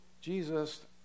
Jesus